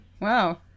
Wow